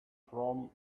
from